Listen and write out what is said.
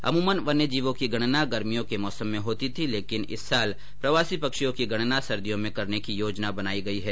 अमूमन वन्य जीवों की गणना गर्मियों के मौसम में होती थी लेकिन इस साल प्रवासी पक्षियों की गणना सर्दियों में करने की योजना बनाई गई है